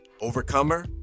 Overcomer